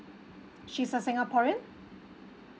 she's a singaporean